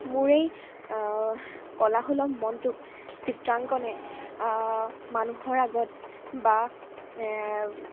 মোৰ এই কলাসুলভ মনটোক চিত্ৰাংকণে মানুহৰ আগত বা